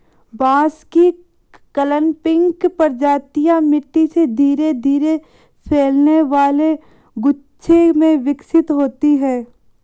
बांस की क्लंपिंग प्रजातियां मिट्टी से धीरे धीरे फैलने वाले गुच्छे में विकसित होती हैं